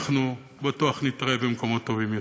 אנחנו בטוח נתראה במקומות טובים יותר.